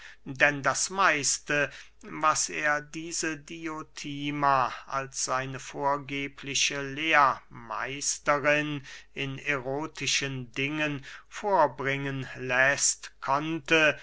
denn das meiste was er diese diotima als seine vorgebliche lehrmeisterin in erotischen dingen vorbringen läßt konnte